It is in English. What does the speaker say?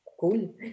Cool